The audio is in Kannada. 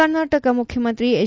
ಕರ್ನಾಟಕದ ಮುಖ್ಯಮಂತ್ರಿ ಎಚ್